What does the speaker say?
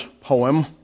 Poem